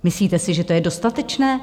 Myslíte si, že to je dostatečné?